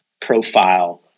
profile